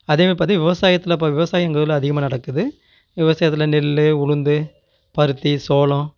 அதேமாதிரி பார்த்தீங்கன்னா விவசாயத்தில் விவசாயம் எங்கள் ஊரில் அதிகமாக நடக்குது விவசாயத்தில் நெல் உளுந்து பருத்தி சோளம்